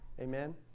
Amen